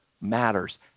matters